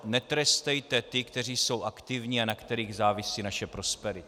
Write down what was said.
Netrestejte ty, kteří jsou aktivní a na kterých závisí naše prosperita.